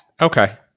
Okay